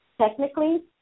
technically